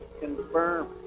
confirm